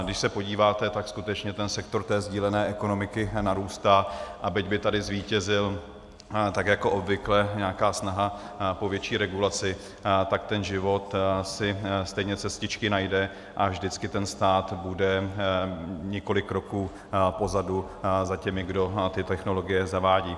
Když se podíváte, tak skutečně sektor sdílené ekonomiky narůstá, a byť by tady zvítězila, tak jako obvykle, nějaká snaha po větší regulaci, tak ten život si stejně cestičky najde a vždycky stát bude několik kroků pozadu za těmi, kdo ty technologie zavádějí.